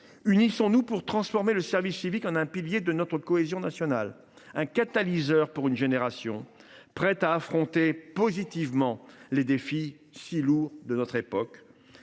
Unissons nous pour transformer le service civique en un pilier de notre cohésion nationale, un catalyseur pour une génération prête à affronter positivement les défis si lourds de notre époque.